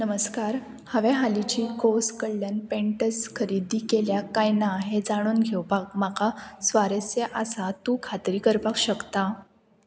नमस्कार हांवें हालींची कॉस कडल्यान पेंटस खरेदी केल्या काय ना हें जाणून घेवपाक म्हाका स्वारस आसा तूं खात्री करपाक शकता